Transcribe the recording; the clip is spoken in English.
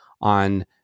on